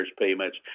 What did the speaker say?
payments